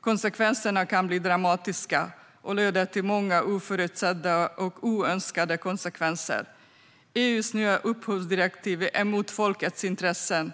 Konsekvenserna kan bli dramatiska och leda till många oförutsedda och oönskade konsekvenser. EU:s nya upphovsrättsdirektiv går emot folkets intressen.